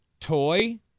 toy